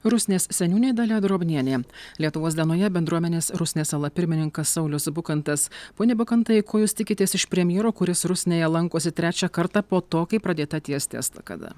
rusnės seniūnė dalia drobnienė lietuvos dienoje bendruomenės rusnės sala pirmininkas saulius bukantas pone bukantai ko jūs tikitės iš premjero kuris rusnėje lankosi trečią kartą po to kai pradėta tiesti estakada